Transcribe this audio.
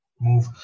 move